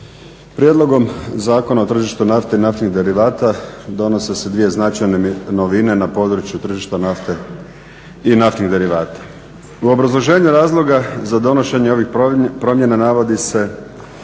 Prijedlogom Zakona o tržištu nafte i naftnih derivata donose se dvije značajne novine na području tržišta nafte i naftnih derivata. U obrazloženju razloga za donošenja ovih promjena navodi se